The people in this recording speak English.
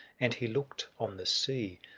and he looked on the sea,